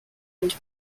and